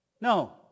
No